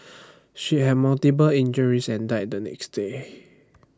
she had multiple injuries and died the next day